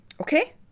Okay